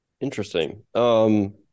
Interesting